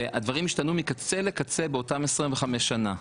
והדברים השתנו מקצה לקצה באותם 25 שנים.